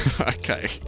Okay